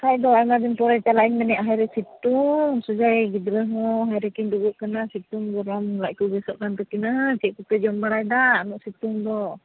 ᱵᱟᱠᱷᱟᱱ ᱫᱚ ᱟᱭᱢᱟ ᱫᱤᱱ ᱯᱚᱨᱮ ᱪᱟᱞᱟᱜ ᱤᱧ ᱢᱮᱱᱮᱜᱼᱟ ᱦᱟᱭᱨᱮ ᱥᱤᱛᱩᱝ ᱥᱩᱡᱚᱭᱤᱡ ᱜᱤᱫᱽᱨᱟᱹ ᱦᱚᱸ ᱦᱟᱭᱨᱮ ᱠᱤᱱ ᱨᱩᱭᱟᱹᱜ ᱠᱟᱱᱟ ᱥᱤᱛᱩᱝ ᱜᱚᱨᱚᱢ ᱞᱟᱡᱽ ᱠᱚ ᱜᱮᱥᱚᱜ ᱠᱟᱱ ᱛᱟᱹᱠᱤᱱᱟ ᱪᱮᱫ ᱠᱚᱯᱮ ᱡᱚᱢ ᱵᱟᱲᱟᱭᱮᱫᱟ ᱩᱱᱟᱹᱜ ᱥᱤᱛᱩᱝ ᱫᱚ